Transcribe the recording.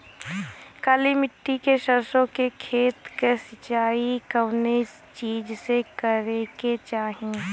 काली मिट्टी के सरसों के खेत क सिंचाई कवने चीज़से करेके चाही?